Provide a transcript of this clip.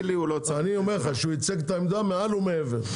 אני אומר לך שהוא ייצג את העמדה מעל ומעבר,